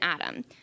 atom